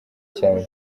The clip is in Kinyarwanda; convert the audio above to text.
cyane